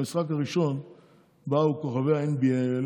במשחק הראשון באו כוכבי ה-NBA,